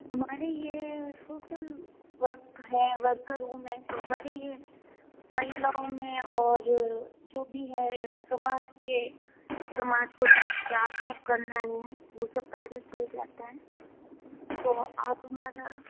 हमारे ये social work है वर्कर हूँ मैं हमारे ये महिलाओं में और जो भी है समाज के समाज को जागरूक करने हैं वो सब कार्य किया जाता है तो आप हमारा